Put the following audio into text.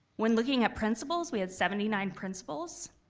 when looking at principals, we had seventy nine principals.